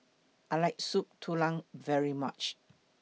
I like Soup Tulang very much